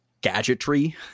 gadgetry